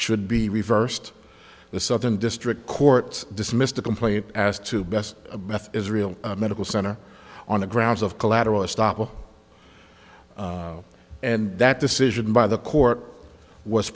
should be reversed the southern district court dismissed a complaint as to best beth israel medical center on the grounds of collateral estoppel and that decision by the court was